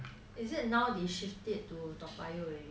is it now they shift it to toa payoh already